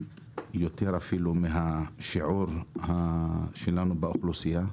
יותר אפילו מהשיעור שלנו באוכלוסייה.